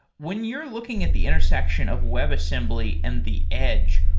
when you're looking at the intersection of webassembly and the edge,